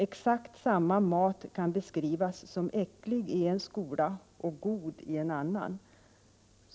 — Exakt samma mat kan beskrivas som äcklig i en skola och god i en annan ———.